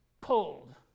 pulled